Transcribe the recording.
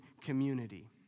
community